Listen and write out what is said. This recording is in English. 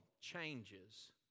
changes